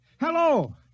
Hello